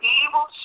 evil